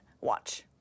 Watch